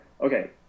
okay